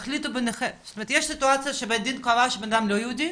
יש סיטואציה שבית הדין קבע שאדם לא יהודי,